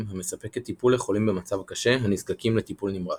המספקת טיפול לחולים במצב קשה הנזקקים לטיפול נמרץ.